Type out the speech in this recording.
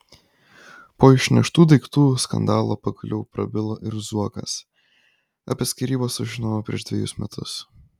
po išneštų daiktų skandalo pagaliau prabilo ir zuokas apie skyrybas sužinojau prieš dvejus metus